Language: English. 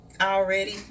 already